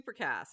Supercast